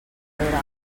nevera